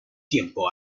tiempo